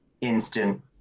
instant